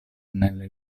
nelle